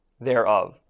thereof